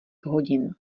hodin